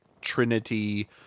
trinity